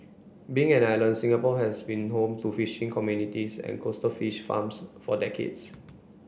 being an island Singapore has been home to fishing communities and coastal fish farms for decades